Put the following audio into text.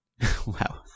Wow